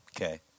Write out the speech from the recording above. Okay